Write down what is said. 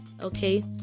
okay